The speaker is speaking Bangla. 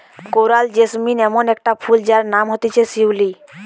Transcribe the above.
কোরাল জেসমিন ইমন একটা ফুল যার নাম হতিছে শিউলি